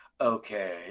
Okay